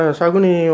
saguni